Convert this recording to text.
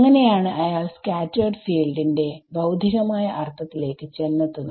അങ്ങനെയാണ് അയാൾ scattered field ന്റെ ഭൌതികമായ അർഥത്തിലേക്ക് ചെന്നെത്തുന്നത്